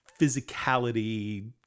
physicality